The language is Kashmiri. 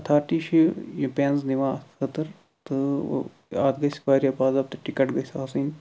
اَتھارٹی چھِ یہِ یہِ پینٕز نِوان اَتھ خٲطر تہٕ اَتھ گَژھِ واریاہ باضابطہٕ ٹِکٹ گَژھِ آسٕنۍ